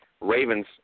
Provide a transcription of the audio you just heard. Ravens